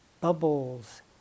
bubbles